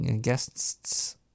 guests